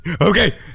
Okay